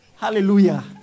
Hallelujah